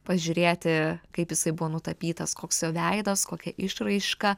pažiūrėti kaip jisai buvo nutapytas koks jo veidas kokia išraiška